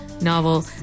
novel